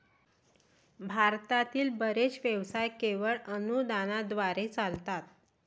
भारतातील बरेच व्यवसाय केवळ अनुदानाद्वारे चालतात